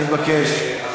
אני מבקש,